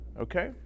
Okay